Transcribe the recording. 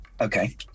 okay